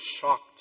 shocked